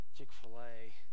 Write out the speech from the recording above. Chick-fil-A